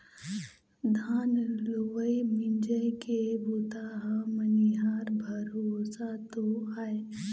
धान लुवई मिंजई के बूता ह बनिहार भरोसा तो आय